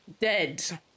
Dead